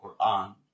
Quran